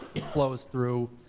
it flows through.